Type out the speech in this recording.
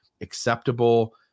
acceptable